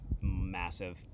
massive